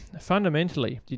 fundamentally